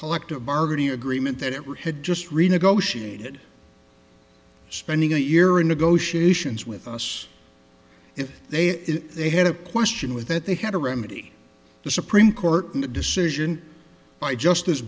collective bargaining agreement that it had just renegotiated spending a year in negotiations with us if they if they had a question with that they had to remedy the supreme court decision by justice